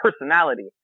personality